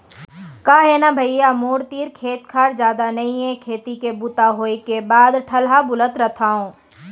का हे न भइया मोर तीर खेत खार जादा नइये खेती के बूता होय के बाद ठलहा बुलत रथव